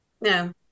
No